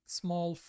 small